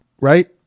right